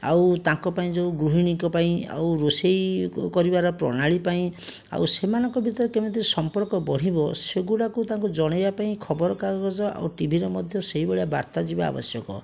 ଆଉ ତାଙ୍କ ପାଇଁ ଯେଉଁ ଗୃହିଣୀଙ୍କ ପାଇଁ ଆଉ ରୋଷେଇ କରିବାର ପ୍ରଣାଳୀ ପାଇଁ ଆଉ ସେମାନଙ୍କ ଭିତରେ କେମିତି ସମ୍ପର୍କ ବଢ଼ିବ ସେଗୁଡ଼ାକୁ ତାଙ୍କୁ ଜଣାଇବା ପାଇଁ ଖବରକାଗଜ ଆଉ ଟିଭିରେ ମଧ୍ୟ ସେହିଭଳିଆ ବାର୍ତ୍ତା ଯିବା ଆବଶ୍ୟକ